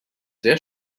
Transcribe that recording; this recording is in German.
sehr